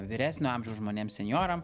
vyresnio amžiaus žmonėms senjoram